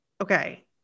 okay